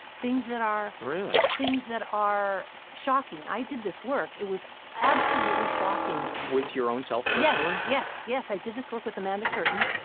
things that are. really. things that are shocking. i did this work. it was absolutely shocking. with your own self but yeah personally? yes, yes. i did this work with amanda curtin.